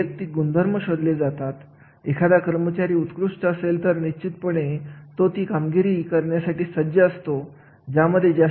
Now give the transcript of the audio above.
म्हणजेच जर आपण पातळीचा विचार केला तर आपल्याला असे दिसून येते की प्रत्येक पातळीचे महत्व वेगवेगळे असते